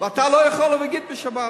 ואתה לא יכול להגיד, בשבת.